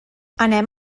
anem